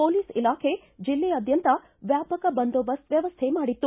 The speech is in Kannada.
ಪೊಲೀಸ್ ಇಲಾಖೆ ಜಿಲ್ಲೆಯಾದ್ಯಂತ ವ್ಯಾಪಕ ಬಂದೋಬಸ್ತ್ ವ್ಯವಸ್ಥೆ ಮಾಡಿತ್ತು